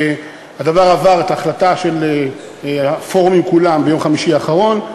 הדבר עבר את ההחלטה של הפורומים כולם ביום חמישי האחרון,